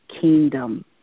kingdom